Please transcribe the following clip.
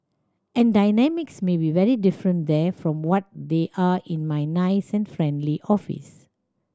and dynamics may be very different there from what they are in my nice and friendly office